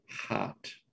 heart